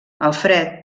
alfred